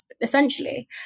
essentially